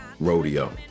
rodeo